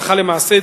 הלכה למעשה,